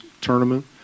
tournament